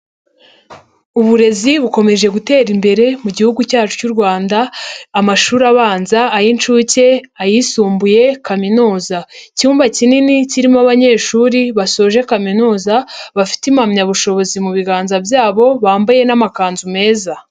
Uburezi bukomeje gutera imbere mu gihugu cyacu cy'u Rwanda, amashuri abanza, ay'inshuke, ayisumbuye, kaminuza, icyumba kinini kirimo abanyeshuri basoje kaminuza bafite impamyabushobozi mu biganza byabo bambaye n'makanzu meza.